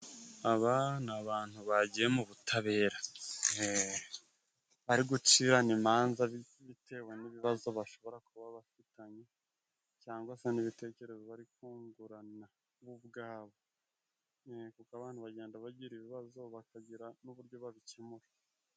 Aba ni abantu bagiye mu butabera. Bari gucirana imanza bitewe n'ibibazo bashobora kuba bafitanye, cyangwa se n'ibitekerezo bari kungurana bo ubwabo kuko abantu bagenda bagira ibibazo bakagira n'uburyo babikemura.